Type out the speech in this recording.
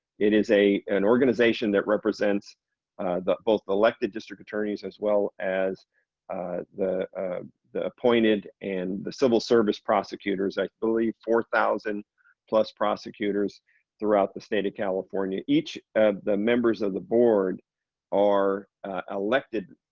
it is a an organization that represents both elected district attorneys, as well as the the appointed and the civil service prosecutors, i believe four thousand plus prosecutors throughout the state of california each of the members of the board are elected.